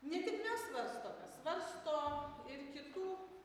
ne tik mes svarstome svarsto ir kitų